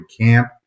camp